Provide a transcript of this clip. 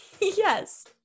Yes